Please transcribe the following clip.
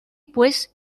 pues